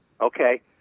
Okay